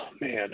man